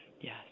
Yes